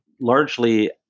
largely